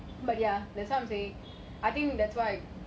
but ya that's why I'm saying I think that's why